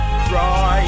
Right